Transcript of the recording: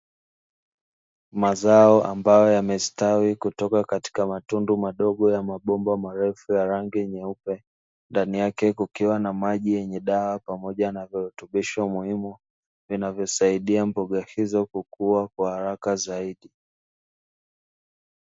Mazao ambayo yamestawi kutoka katika matundu madogo ya mabomba marefu ya rangi nyeupe, ndani yake kukiwa na maji yenye dawa pamoja na virutubisho muhimu vinavyosaidia mboga hizo kukua kwa haraka zaidi.